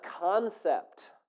concept